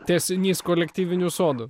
tęsinys kolektyvinių sodų